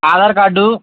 Aadhaar card